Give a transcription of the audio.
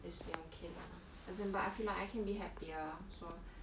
is still okay lah as in but I feel like I can be happier cause